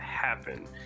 happen